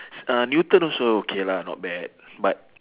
s~ uh newton also okay lah not bad but